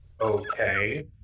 okay